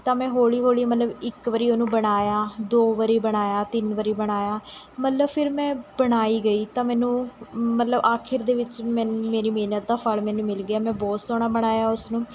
ਤਾਂ ਮੈਂ ਹੌਲ਼ੀ ਹੌਲ਼ੀ ਮਤਲਬ ਇੱਕ ਵਾਰੀ ਉਹਨੂੰ ਬਣਾਇਆ ਦੋ ਵਾਰੀ ਬਣਾਇਆ ਤਿੰਨ ਵਾਰੀ ਬਣਾਇਆ ਮਤਲਬ ਫਿਰ ਮੈਂ ਬਣਾਈ ਗਈ ਤਾਂ ਮੈਨੂੰ ਮਤਲਬ ਆਖਰ ਦੇ ਵਿੱਚ ਮੈਨ ਮੇਰੀ ਮਿਹਨਤ ਦਾ ਫ਼ਲ ਮੈਨੂੰ ਮਿਲ ਗਿਆ ਮੈਂ ਬਹੁਤ ਸੋਹਣਾ ਬਣਾਇਆ ਉਸਨੂੰ